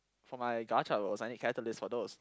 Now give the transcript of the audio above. for my also I need catalyst for those